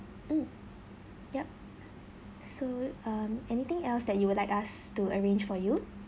mm yup so um anything else that you would like us to arrange for you